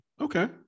Okay